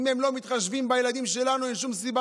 אם הם לא מתחשבים בילדים שלנו,